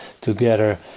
together